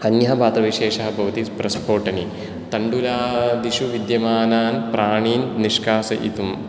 अन्यः पात्रविशेषः भवति प्रस्फोटनी तण्डुलादिषु विद्यमानान् प्राणीन् निष्कासयितुं